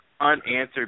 unanswered